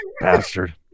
Bastard